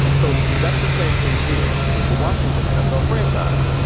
so that's the same thing here with the washington nfl franchise.